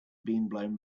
blown